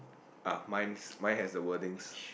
ah my my has the wordings